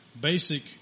basic